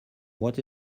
what